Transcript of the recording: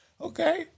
Okay